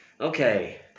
okay